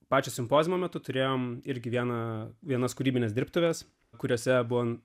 pačios simpoziumo metu turėjome ir gyvena vienas kūrybines dirbtuves kuriose buvo